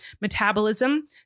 Metabolism